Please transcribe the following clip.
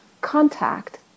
contact